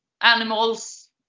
animals